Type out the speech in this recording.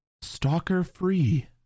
stalker-free